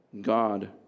God